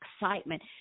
excitement